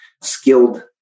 skilled